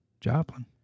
Joplin